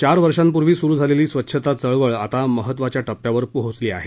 चार वर्षापूर्वी सुरु झालेली स्वच्छता चळवळ आता महत्त्वाच्या टप्प्यावर पोहोचली आहे